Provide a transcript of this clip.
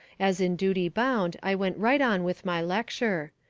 as in duty bound i went right on with my lecture.